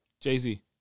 Jay-Z